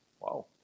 Wow